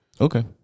Okay